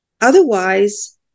Otherwise